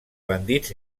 bandits